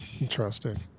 interesting